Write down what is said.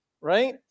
right